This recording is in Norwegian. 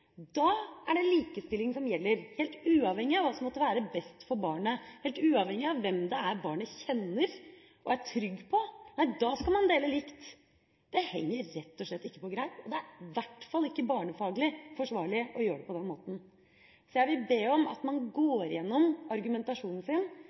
er det likestilling som gjelder, helt uavhengig av hva som måtte være best for barnet, og helt uavhengig av hvem barnet kjenner og er trygg på. Nei, da skal man dele likt. Det henger rett og slett ikke på greip, og det er i hvert fall ikke barnefaglig forsvarlig å gjøre det på den måten. Jeg vil be om at man